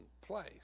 place